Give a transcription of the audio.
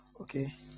Okay